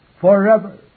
forever